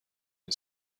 این